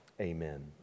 amen